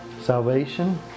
salvation